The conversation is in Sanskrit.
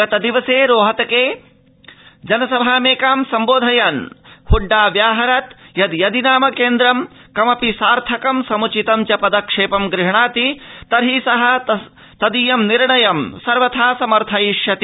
गतदिवसे रोहतके जनसभामेका सम्बोधयन् हुड्डा व्याहरत् यद् यदि नाम केन्द्र कमपि सार्थकं समुचितं च पदक्षेपं गृह्वाति तहिं सः तस्य निर्णयं सर्वथा समर्थयिष्यति